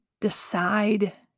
decide